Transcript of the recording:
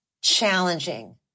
challenging